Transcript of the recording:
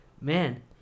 man